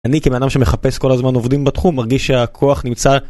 אני כאדם שמחפש כל הזמן עובדים בתחום מרגיש שהכוח נמצא.